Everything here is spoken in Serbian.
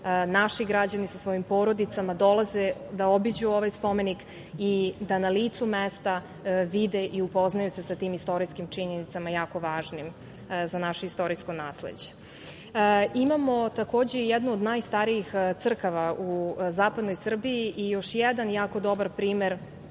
naši građani sa svojim porodicama dolaze da obiđu ovaj spomenik i da na licu mesta vide i upoznaju se sa tim istorijskim činjenicama jako važnim za naše istorijsko nasleđe. Imamo takođe jednu od najstarijih crkvi u zapadnoj Srbiji i još jedan jako dobar primer